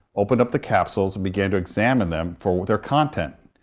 opened up the capsules and began to examine them for their content.